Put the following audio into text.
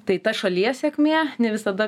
tai ta šalies sėkmė ne visada